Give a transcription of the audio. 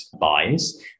buys